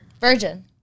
virgin